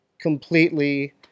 completely